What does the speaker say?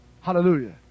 hallelujah